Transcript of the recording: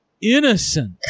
innocent